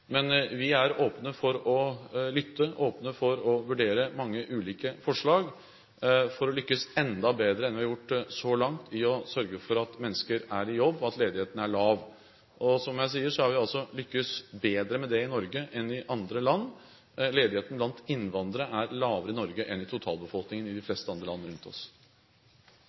men vi er åpne for å lytte og åpne for å vurdere mange ulike forslag for å lykkes enda bedre enn vi har gjort så langt i å sørge for at mennesker er i jobb, og at ledigheten er lav. Som jeg sier, har vi lyktes bedre med dette i Norge enn det man har i andre land. Ledigheten blant innvandrere er lavere i Norge enn i totalbefolkningen i de fleste andre land rundt oss.